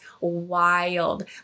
wild